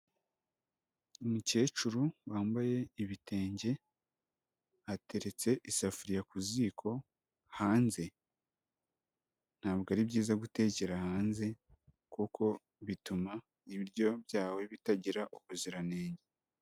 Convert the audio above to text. Umukecuru wambaye ibitenge ateretse isafuriya ku ziko hanze, ntabwo ari byiza gutekera hanze kuko bituma ibiryo byawe bitagira ubuziranenge.